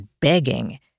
begging